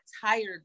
tired